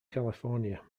california